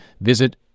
visit